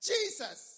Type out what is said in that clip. Jesus